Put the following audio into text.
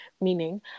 meaning